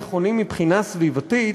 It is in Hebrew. נכונים מבחינה סביבתית,